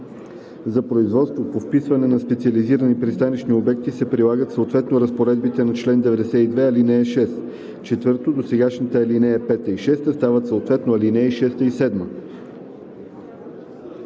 За производството по вписване на специализирани пристанищни обекти се прилагат съответно разпоредбите на чл. 92, ал. 6.“ 4. Досегашните ал. 5 и 6 стават съответно ал. 6 и 7.“